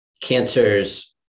cancers